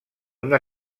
una